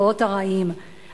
לוועדת החינוך של הכנסת.